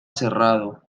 cerrado